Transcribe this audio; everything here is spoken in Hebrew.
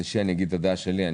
אגיד את הדעה האישית שלי.